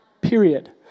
period